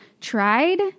tried